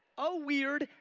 oh weird,